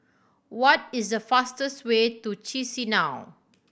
what is the fastest way to Chisinau